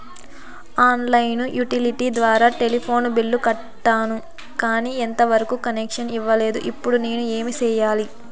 On line utility ద్వారా telephone bill కట్టాను, కానీ ఎంత వరకు కనెక్షన్ ఇవ్వలేదు, ఇప్పుడు నేను ఏమి సెయ్యాలి?